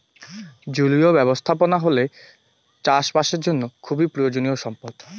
জলীয় ব্যবস্থাপনা হসে চাষ বাসের জন্য খুবই প্রয়োজনীয় সম্পদ